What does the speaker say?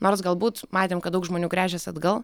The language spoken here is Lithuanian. nors galbūt matėm kad daug žmonių gręžias atgal